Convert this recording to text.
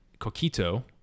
Coquito